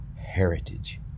heritage